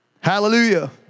Hallelujah